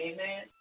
Amen